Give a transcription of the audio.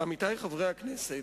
עמיתי חברי הכנסת,